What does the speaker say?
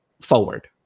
forward